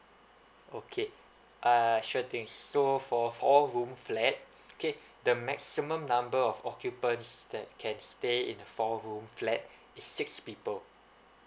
okay uh sure thing so for four room flat okay the maximum number of occupants that can stay in a four room flat is six people